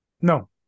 No